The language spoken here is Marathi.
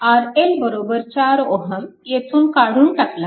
RL 4 Ω येथून काढून टाकला